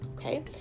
okay